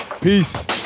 Peace